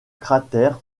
cratère